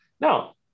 Now